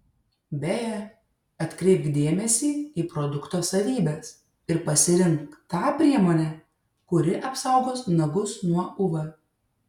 beje atkreipk dėmesį į produkto savybes ir pasirink tą priemonę kuri apsaugos nagus nuo uv